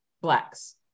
Blacks